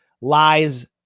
lies